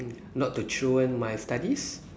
not to throw away my studies